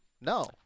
No